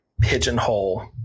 pigeonhole